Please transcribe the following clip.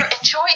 Enjoy